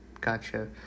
gotcha